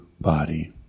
body